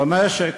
ובלימודים.